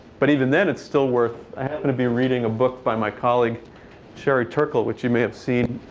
but even then, it's still worth i happen to be reading a book by my colleague sherry turkle, which you may have seen.